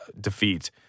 defeat